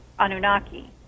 Anunnaki